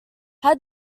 had